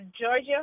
Georgia